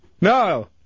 No